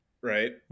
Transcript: Right